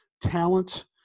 talent